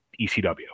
ECW